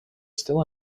still